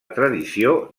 tradició